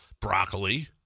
broccoli